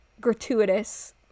gratuitous